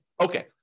Okay